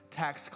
tax